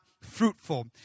fruitful